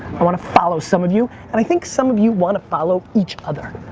i want to follow some of you, and i think some of you wanna follow each other.